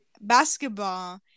Basketball